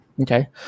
Okay